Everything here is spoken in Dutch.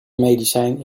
medicijn